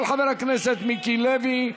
של חבר הכנסת מיקי לוי.